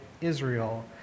israel